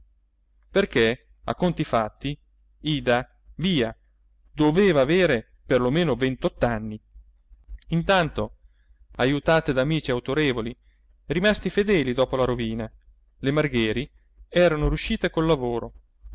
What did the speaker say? perché a conti fatti ida via doveva aver per lo meno ventotto anni intanto ajutate da amici autorevoli rimasti fedeli dopo la rovina le margheri erano riuscite col lavoro